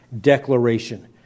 declaration